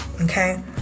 okay